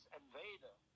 invader